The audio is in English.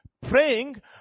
praying